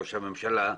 ראש הממשלה,